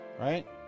Right